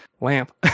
lamp